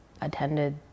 attended